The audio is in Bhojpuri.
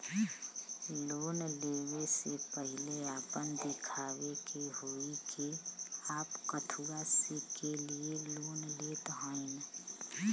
लोन ले वे से पहिले आपन दिखावे के होई कि आप कथुआ के लिए लोन लेत हईन?